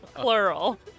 Plural